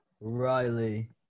Riley